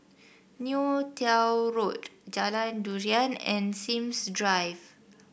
Neo Tiew Road Jalan Durian and Sims Drive